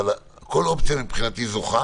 אבל כל אופציה מבחינתי זוכה.